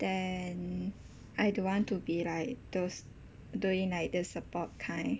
then I don't want to be like those doing like the support kind